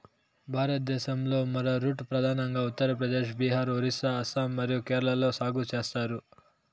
భారతదేశంలో, యారోరూట్ ప్రధానంగా ఉత్తర ప్రదేశ్, బీహార్, ఒరిస్సా, అస్సాం మరియు కేరళలో సాగు చేస్తారు